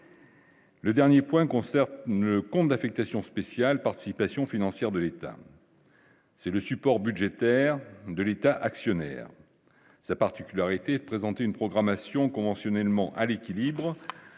Le dernier point ne compte d'affectation spéciale participation financière de l'État. C'est le support budgétaire de l'État actionnaire, sa particularité de présenter une programmation conventionnellement à l'équilibre